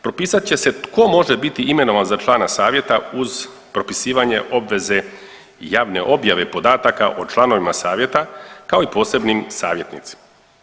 Propisat će se tko može biti imenovan za člana savjeta uz propisivanje obveze javne objave podataka o članovima savjeta kao i posebnim savjetnicima.